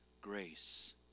grace